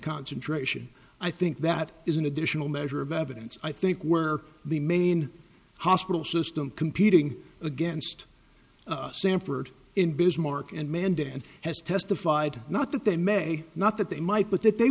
concentration i think that is an additional measure of evidence i think where the main hospital system competing against sanford in bismarck and mandan has testified not that they may not that they might but that they